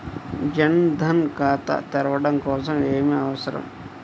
జన్ ధన్ ఖాతా తెరవడం కోసం ఏమి అవసరం?